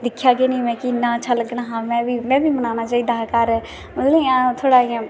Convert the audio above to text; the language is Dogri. दिक्खेआ कीऽ निं मिगी बी इन्ना अच्छा लग्गना हा ते में बी जाना चाहिदा हा मतलब थोह्ड़ा इंया जियां